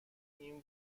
این